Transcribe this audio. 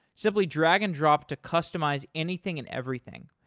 simply drag and drop to customize anything and everything.